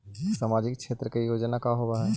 सामाजिक क्षेत्र के योजना का होव हइ?